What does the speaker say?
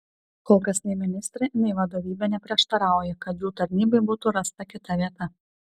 kol kas nei ministrė nei vadovybė neprieštarauja kad jų tarnybai būtų rasta kita vieta